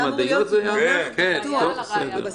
היה רק סעיף פרטני אחד.